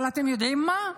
אבל אתם יודעים מה?